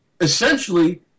essentially